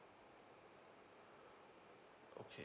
okay